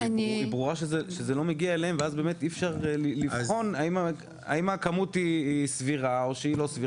ברור שזה לא מגיע אליהם ואז אי אפשר לבחון האם הכמות היא סבירה או לא.